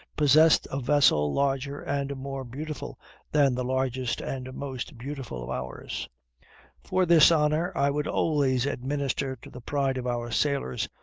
possessed a vessel larger and more beautiful than the largest and most beautiful of ours for this honor i would always administer to the pride of our sailors,